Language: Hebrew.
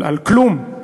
על כלום.